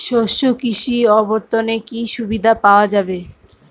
শস্য কৃষি অবর্তনে কি সুবিধা পাওয়া যাবে?